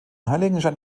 heiligenschein